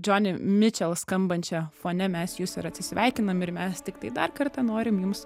džoni mičel skambančia fone mes jus ir atsisveikinam ir mes tiktai dar kartą norim jums